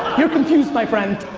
you're confused, my friend,